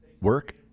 work